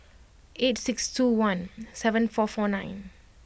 eight six two one seven four four nine